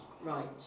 Right